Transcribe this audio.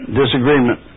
disagreement